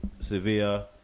Sevilla